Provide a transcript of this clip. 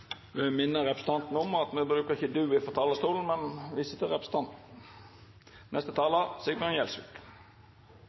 vil minna om at me brukar ikkje «du» frå talarstolen, me viser til representanten.